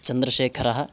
चन्द्रशेखरः